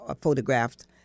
photographed